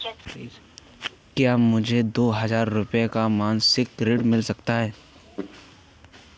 क्या मुझे दो हजार रूपए का मासिक ऋण मिल सकता है?